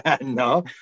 No